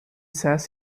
says